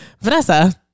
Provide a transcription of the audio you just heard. Vanessa